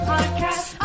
Podcast